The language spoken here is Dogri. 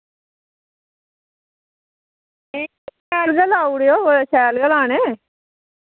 शैल गै लाऊड़ेओ शैल गै लाने